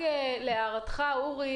להערתך, אורי